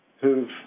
who've